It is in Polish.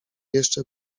jeszcze